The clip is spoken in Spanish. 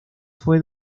fue